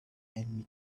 enemy